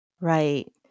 Right